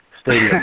stadium